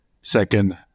second